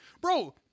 Bro